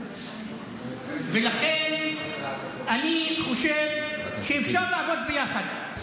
לכן, אני חושב שאפשר לעבוד ביחד.